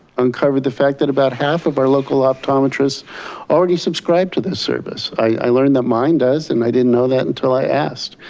uncovered the fact that about half of our local optometrists already subscribe to this service. i learned that mine does and i didn't know that until i asked.